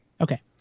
Okay